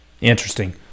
Interesting